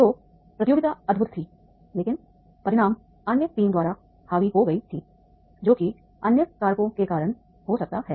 तो प्रतियोगिता अद्भुत थी लेकिन परिणाम अन्य टीम द्वारा हावी हो गई थी जो की अन्य कारकों के कारण हो सकता है